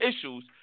issues